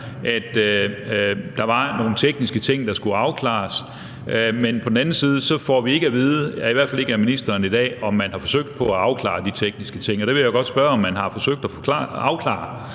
at der var nogle tekniske ting, der skulle afklares, men på den anden side får vi ikke at vide, i hvert fald ikke af ministeren i dag, om man har forsøgt at afklare de tekniske ting. Og det vil jeg jo godt spørge om man har forsøgt at afklare